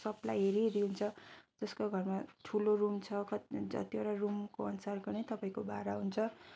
supply हेरी हेरी हुन्छ जसको घरमा ठुलो रुम छ क जतिवटा रुमको अनुसारको नै तपाईँको भाडा हुन्छ